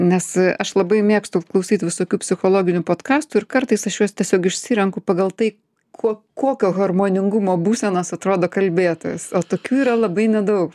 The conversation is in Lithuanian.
nes aš labai mėgstu klausyt visokių psichologinių potkastų ir kartais aš juos tiesiog išsirenku pagal tai kuo kokio harmoningumo būsenos atrodo kalbėtojas o tokių yra labai nedaug